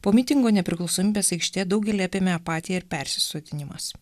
po mitingo nepriklausomybės aikštėje daugelį apėmė apatija ir persisotinimas